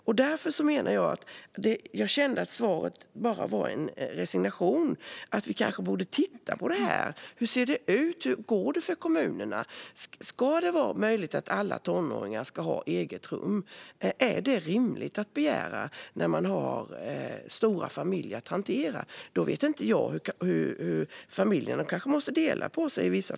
Jag kände att svaret, att vi kanske borde titta på det här, bara var en resignation. Hur kommer det att gå för kommunerna? Ska det vara möjligt att alla tonåringar ska ha eget rum? Är det rimligt att begära när man har stora familjer att hantera? I vissa fall kanske familjerna måste dela på sig.